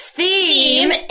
theme